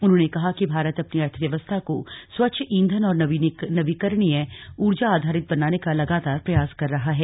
उन्होंने कहा कि भारत अपनी अर्थव्यवस्था को स्वच्छ ईंधन और नवीकरणीय ऊर्जा आधारित बनाने का लगातार प्रयास कर रहा है